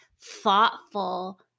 thoughtful